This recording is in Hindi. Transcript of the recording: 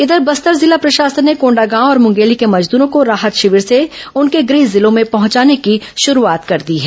इधर बस्तर जिला प्रशासन ने कोंडागांव और मुंगेली के मजदूरों को राहत शिविर से उनके गृह जिलों में पहुंचाने की शुरूआत कर दी है